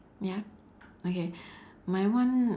yup okay my one